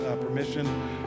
permission